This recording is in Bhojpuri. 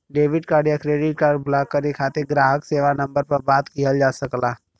डेबिट कार्ड या क्रेडिट कार्ड ब्लॉक करे खातिर ग्राहक सेवा नंबर पर बात किहल जा सकला